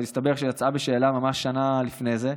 הסתבר שהיא יצאה בשאלה ממש שנה לפני זה.